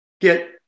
get